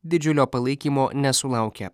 didžiulio palaikymo nesulaukė